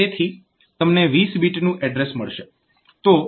તેથી તમને 20 બીટનું એડ્રેસ મળશે